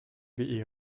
wie